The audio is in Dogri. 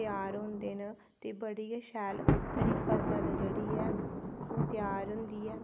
त्यार होंदे न ते बड़ी गै शैल साढ़ी फसल जेह्ड़ी ऐ ओह् त्यार होंदी ऐ